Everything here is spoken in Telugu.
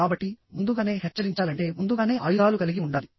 కాబట్టి ముందుగానే హెచ్చరించాలంటే ముందుగానే ఆయుధాలు కలిగి ఉండాలి